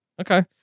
Okay